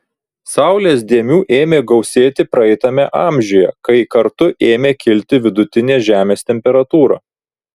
saulės dėmių ėmė gausėti praeitame amžiuje kai kartu ėmė kilti vidutinė žemės temperatūra